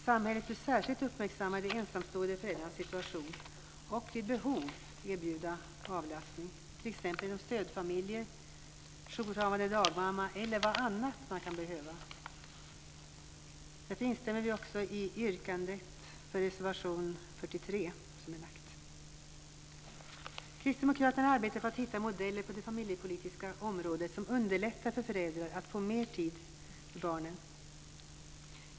Samhället bör särskilt uppmärksamma de ensamstående föräldrarnas situation och vid behov erbjuda avlastning, t.ex. genom stödfamiljer, jourhavande dagmamma eller vad annat man kan behöva. Därför instämmer vi också i det yrkande om bifall till reservation 43 som har gjorts. Kristdemokraterna arbetar för att hitta modeller på det familjepolitiska området som underlättar för föräldrar att få mer tid för barnen.